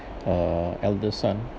uh eldest son